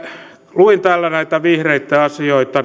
luin täällä näitä vihreitten asioita